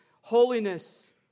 holiness